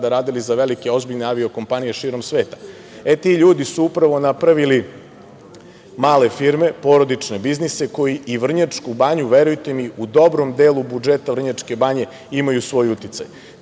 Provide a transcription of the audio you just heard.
tada radili za velike ozbiljne avio-kompanije širom sveta, e ti ljudi su upravo napravili male firme, porodične biznise koji i Vrnjačku Banju, verujte mi, u dobrom delu budžeta Vrnjačke Banje imaju svoj